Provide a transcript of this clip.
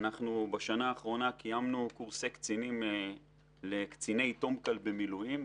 בשנה האחרונה קיימנו קורסי קצינים לקציני תומכ"ל במילואים.